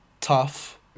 Tough